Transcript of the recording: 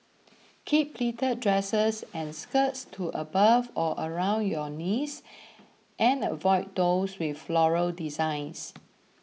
keep pleated dresses or skirts to above or around your knees and avoid those with floral designs